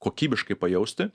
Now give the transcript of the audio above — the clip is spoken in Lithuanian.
kokybiškai pajausti